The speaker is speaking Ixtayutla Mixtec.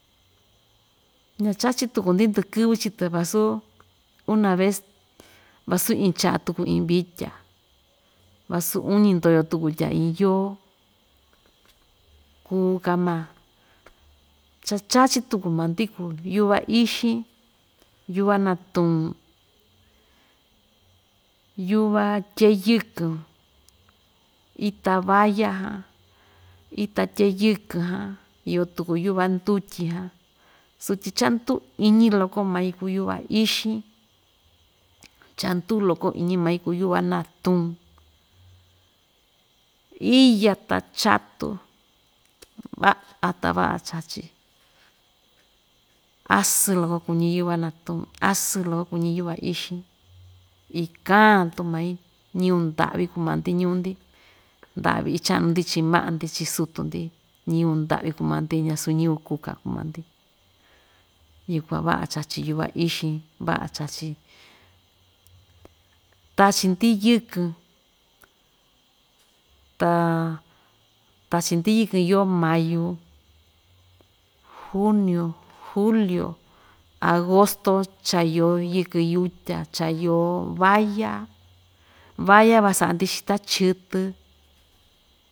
Ña‑chachi tuku‑ndi ndɨkɨvɨ chii‑tɨ vasu una vez, vasu in cha'a tuku iin vitya vasu uñi ndoyo tukutya iin yoo kuu‑ka maa, cha‑chachi tuku maa‑ndi kuu yuva ixin, yuva natuun, yuva tye'e yɨkɨn, ita valla jan, ita tye'e yɨkɨn jan iyo tuku yuva ndutyi jan sutyi chanduu iñɨ loko mai kuu yuva ixin, cha‑nduu loko iñi mai kuu yuva natuun, iya ta chatú va'a ta va'a chachi asɨɨn loko kuñi yuva natuun, asɨɨ loko kuñi yuva ixin, ikaan tu mai, ñɨvɨ ndyävi kuu maa‑ndi ñuu‑ndi nda'vi icha'nu‑ndi chii ma'a‑ndi chii sutu‑ndi ñɨvɨ nda'vi kuu maa‑ndi ñasu ñɨvɨ kuka kuu maa‑ndi, yukuan va'a chachí yuva ixin va'a chachí tachi‑ndi yɨkɨn ta tachi‑ndi yɨkɨn yoo mayu, junio, julio, agosto cha yoo yɨkɨn yutya, cha yoo valla, valla van sa'a‑ndi xita chɨtɨ.